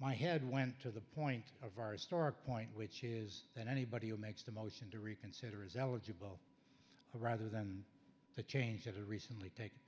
my head went to the point of our historic point which is that anybody who makes the motion to reconsider is eligible rather than to change the recently take